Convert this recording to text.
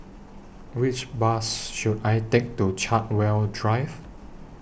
Which Bus should I Take to Chartwell Drive